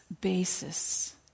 basis